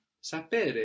Sapere